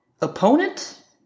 opponent